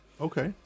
Okay